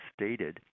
stated